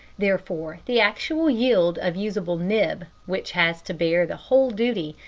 therefore, the actual yield of usable nib, which has to bear the whole duty,